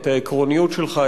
את העקרוניות שלך,